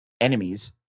enemies